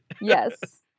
Yes